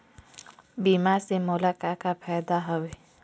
बीमा से मोला का का फायदा हवए?